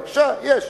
בבקשה, יש.